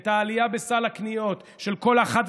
את העלייה בסל הקניות של כל אחד,